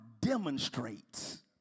demonstrates